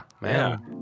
man